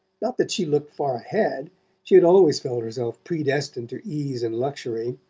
not that she looked far ahead she had always felt herself predestined to ease and luxury,